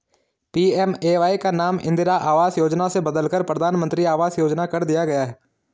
PMAY का नाम इंदिरा आवास योजना से बदलकर प्रधानमंत्री आवास योजना कर दिया गया